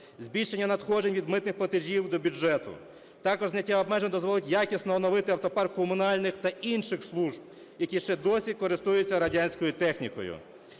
збільшення надходжень від митних платежів до бюджету. Також зняття обмежень дозволить якісно оновити автопарк комунальних та інших служб, які ще досі користуються радянською технікою.